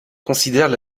considèrent